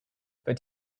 but